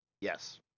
yes